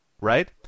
right